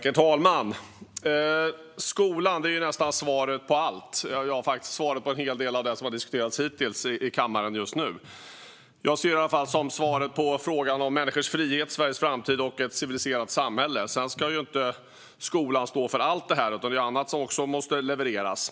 Herr talman! Skolan är ju nästan svaret på allt. Det är faktiskt svaret på en hel del av det som diskuterats hittills i kammaren i dag. Jag ser den i alla fall som svaret på frågan om människors frihet, Sveriges framtid och ett civiliserat samhälle. Sedan ska ju inte skolan stå för allt detta, utan det är annat som också måste levereras.